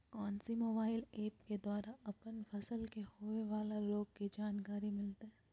कौन सी mobile app के द्वारा अपन फसल के होबे बाला रोग के जानकारी मिलताय?